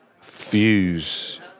fuse